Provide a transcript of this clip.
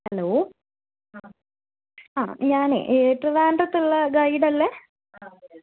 hello ആ ഞാനേ ട്രിവാൻഡ്രത്തുള്ള ഗൈഡ് അല്ലേ